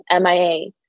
MIA